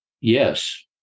Yes